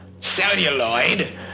celluloid